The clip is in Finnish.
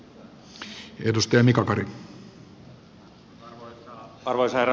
arvoisa herra puhemies